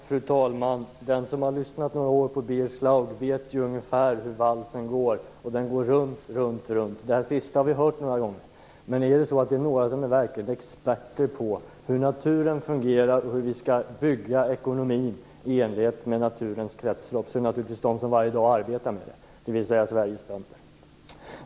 Fru talman! Den som har några års vana vid att lyssna på Birger Schlaug vet ungefär hur valsen går. Den går runt, runt, runt. Det sistnämnda har vi hört några gånger. Men om det är några som verkligen är experter på hur naturen fungerar och på hur vi skall bygga ekonomin i enlighet med naturens kretslopp, så är det naturligtvis de som varje dag arbetar med den, dvs. Sveriges bönder.